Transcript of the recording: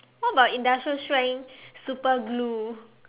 what about industrial strength super glue